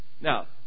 Now